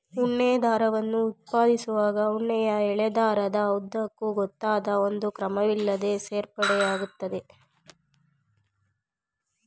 ಉಣ್ಣೆ ದಾರವನ್ನು ಉತ್ಪಾದಿಸುವಾಗ ಉಣ್ಣೆಯ ಎಳೆ ದಾರದ ಉದ್ದಕ್ಕೂ ಗೊತ್ತಾದ ಒಂದು ಕ್ರಮವಿಲ್ಲದೇ ಸೇರ್ಪಡೆ ಆಗ್ತದೆ